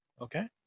Okay